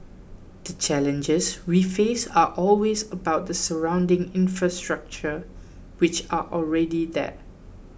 the challenges we face are always about the surrounding infrastructure which are already there